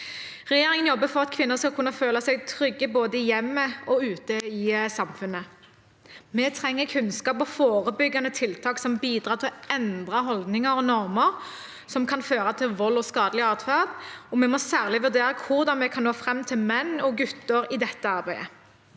Regjeringen jobber for at kvinner skal kunne føle seg trygge både i hjemmet og ute i samfunnet. Vi trenger kunnskap og forebyggende tiltak som bidrar til å endre holdninger og normer som kan føre til vold og skadelig atferd, og vi må særlig vurdere hvordan vi kan nå fram til menn og gutter i dette arbeidet.